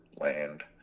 land